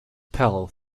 pal